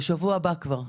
בשבוע הבא כבר.